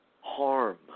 harm